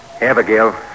abigail